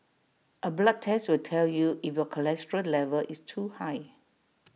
A blood test will tell you if your cholesterol level is too high